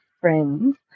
friends